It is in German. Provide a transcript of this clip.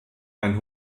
einen